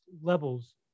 levels